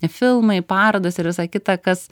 filmai parodos ir visa kita kas